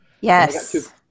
yes